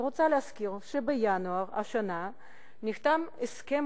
אני רוצה להזכיר שבינואר השנה נחתם הסכם